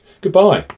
Goodbye